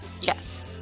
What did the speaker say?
Yes